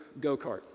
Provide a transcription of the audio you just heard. go-kart